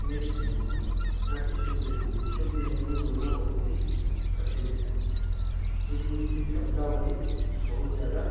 mix Hindi ना कि शुद्ध हिंदी शुद्ध हिंदी बोलना बहुत ही कठिन है क्योंकि उसकी शब्दावली बहुत जादा